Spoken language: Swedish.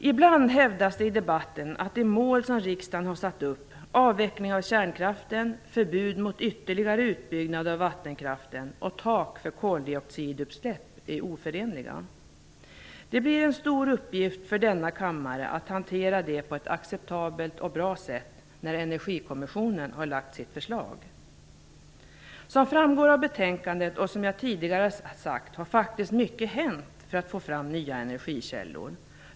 Ibland hävdas det i debatten att de mål som riksdagen har satt upp, avveckling av kärnkraften, förbud mot ytterligare utbyggnad av vattenkraften och tak för koldioxidutsläpp är oförenliga. Det blir en stor uppgift för denna kammare att hantera detta på ett acceptabelt och bra sätt när Energikommissionen har lagt fram sitt förslag. Som framgår av betänkandet, och som jag tidigare sagt, har faktiskt mycket hänt för att få fram nya energikällor.